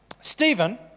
Stephen